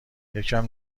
یکم